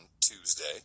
Tuesday